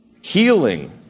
healing